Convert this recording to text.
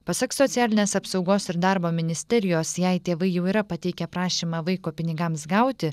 pasak socialinės apsaugos ir darbo ministerijos jei tėvai jau yra pateikę prašymą vaiko pinigams gauti